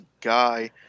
guy